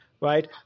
right